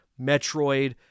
Metroid